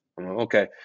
Okay